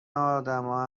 آدما